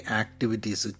activities